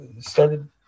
started